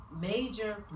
major